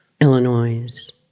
Illinois